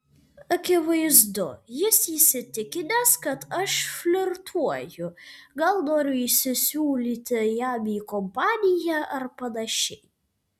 akivaizdu jis įsitikinęs kad aš flirtuoju gal noriu įsisiūlyti jam į kompaniją ar panašiai